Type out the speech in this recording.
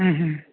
ꯎꯝ